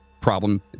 problem